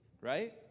right